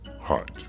Hot